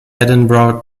edinburgh